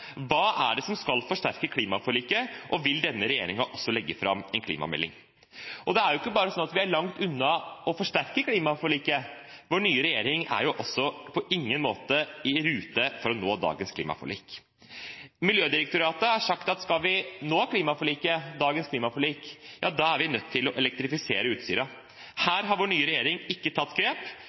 Hva er det som skal forsterke klimaforliket? Og vil denne regjeringen også legge fram en klimamelding? Det er ikke bare slik at vi er langt unna å forsterke klimaforliket; vår nye regjering er på ingen måte i rute for å nå dagens klimaforlik. Miljødirektoratet har sagt at skal vi nå dagens klimaforlik, er vi nødt til å elektrifisere Utsira. Her har vår nye regjering ikke tatt grep.